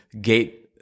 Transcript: gate